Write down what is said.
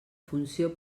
funció